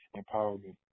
empowerment